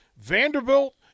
Vanderbilt